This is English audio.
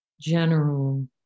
general